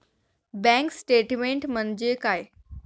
Bank statement म्हणजे काय?